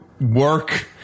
work